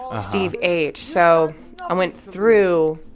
steve h. so i went through